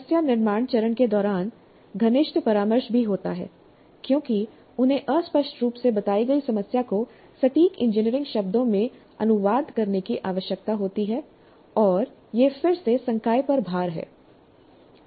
समस्या निर्माण चरण के दौरान घनिष्ठ परामर्श भी होता है क्योंकि उन्हें अस्पष्ट रूप से बताई गई समस्या को सटीक इंजीनियरिंग शब्दों में अनुवाद करने की आवश्यकता होती है और यह फिर से संकाय पर भार है